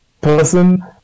person